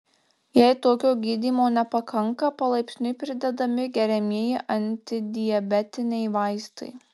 jei tokio gydymo nepakanka palaipsniui pridedami geriamieji antidiabetiniai vaistai